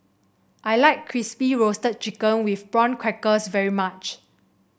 I like Crispy Roasted Chicken with Prawn Crackers very much